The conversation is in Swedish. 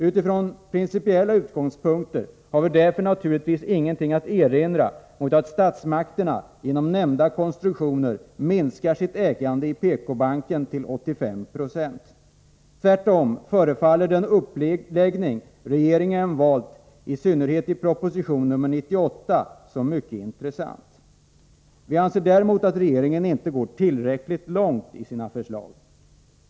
Utifrån principiella utgångspunkter har vi därför naturligtvis ingenting att erinra mot att statsmakterna genom nämnda konstruktioner minskar sitt ägande i PK-banken till 85 96. Tvärtom förefaller den uppläggning regeringen valt i synnerhet i proposition nr 98 mycket intressant. Vi anser däremot att regeringen inte går tillräckligt långt i sina förslag.